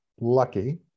lucky